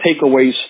takeaways